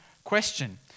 Question